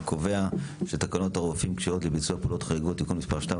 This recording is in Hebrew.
אני קובע שתקנות הרופאים (כשירויות לביצוע פעולות חריגות)(תיקון מס' 2),